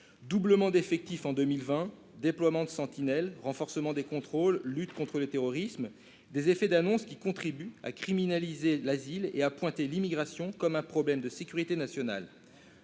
doublement d'effectifs en 2020, déploiement de l'opération Sentinelle, renforcement des contrôles, lutte contre le terrorisme ... Ces effets d'annonce contribuent à criminaliser l'asile et à pointer l'immigration comme un problème de sécurité nationale.